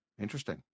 Interesting